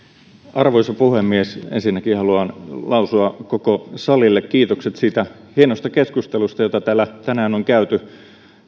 arvoisa puhemies ensinnäkin haluan lausua koko salille kiitokset siitä hienosta keskustelusta jota täällä tänään on käyty